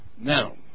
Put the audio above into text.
now